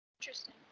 Interesting